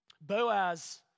Boaz